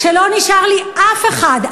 ולא נשאר לי אף אחד,